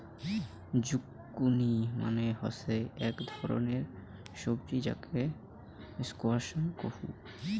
zucchini মানে হসে আক ধরণের সবজি যাকে স্কোয়াশ কহু